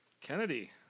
Kennedy